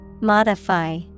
Modify